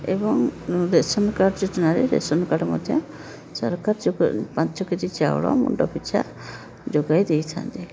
ଏବଂ ration card ଯୋଜନାରେ ration card ମଧ୍ୟ ସରକାର ପାଞ୍ଚ କେଜି ଚାଉଳ ମୁଣ୍ଡ ପିଛା ଯୋଗାଇ ଦେଇଥାଆନ୍ତି